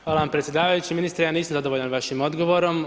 Hvala vam predsjedavajući, ministre ja nisam zadovoljan vašim odgovorom.